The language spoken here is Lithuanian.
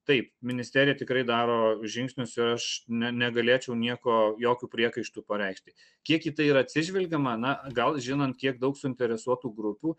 taip ministerija tikrai daro žingsnius ir aš ne negalėčiau nieko jokių priekaištų pareikšti kiek į tai yra atsižvelgiama na gal žinant kiek daug suinteresuotų grupių